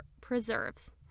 preserves